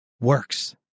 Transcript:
works